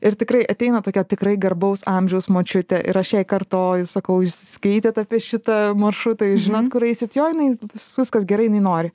ir tikrai ateina tokia tikrai garbaus amžiaus močiutė ir aš jai kartoju sakau jūs skaitėt apie šitą maršrutą jūs žinot kur eisit jo jinai viskas gerai jinai nori